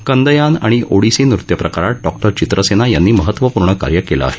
कंदयान आणि ओडिसी नृत्यप्रकारात डॉक्टर चित्रसेना यांनी महत्त्वपूर्ण कार्य केलं आहे